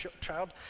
child